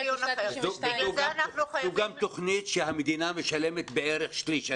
זו גם תוכנית שהמדינה משלמת בה בערך שליש.